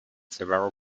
several